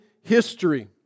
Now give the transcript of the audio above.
history